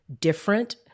different